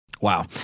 Wow